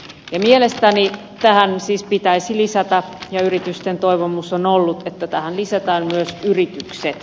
mielestäni tähän siis pitäisi lisätä ja yritysten toivomus on ollut että tähän lisätään myös yritykset